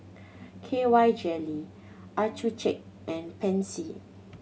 K Y Jelly Accucheck and Pansy